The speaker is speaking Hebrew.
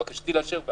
בקשתי לאשר.